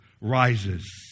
rises